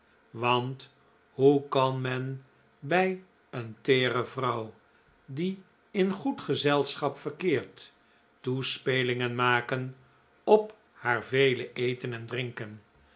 want hoe kan men bij een teere vrouw die in goed gezelschap verkeert toespelingen maken op haar vele eten en drinken